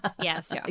Yes